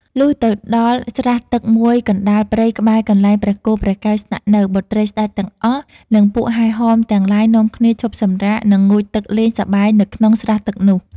លុះទៅដល់ស្រះទឹកមួយកណ្ដាលព្រៃក្បែរកន្លែងព្រះគោព្រះកែវស្នាក់នៅ បុត្រីស្ដេចទាំងអស់ និងពួកហែហមទាំងឡាយនាំគ្នាឈប់សម្រាក និងងូតទឹកលេងសប្បាយនៅក្នុងស្រះទឹកនោះ។